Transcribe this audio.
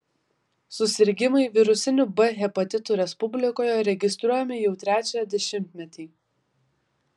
susirgimai virusiniu b hepatitu respublikoje registruojami jau trečią dešimtmetį